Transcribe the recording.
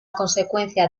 consecuencia